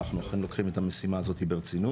אנחנו אכן לוקחים את המשימה הזאת ברצינות,